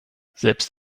selbst